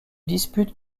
dispute